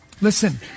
Listen